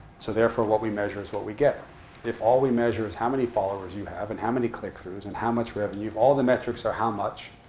so therefore, what we measure is what we get if all we measure is how many followers you have, and how many clickthroughs, and how much revenue, if all the metrics are how much,